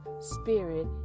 spirit